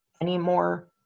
anymore